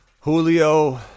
Julio